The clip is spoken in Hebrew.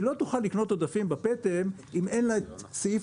היא לא תוכל לקנות עודפים בפטם אם אין לה את סעיף